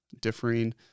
differing